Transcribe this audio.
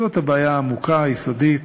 זאת הבעיה העמוקה, היסודית.